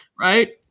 Right